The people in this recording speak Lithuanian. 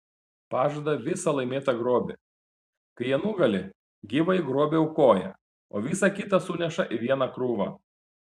pažada visą laimėtą grobį kai jie nugali gyvąjį grobį aukoja o visa kita suneša į vieną krūvą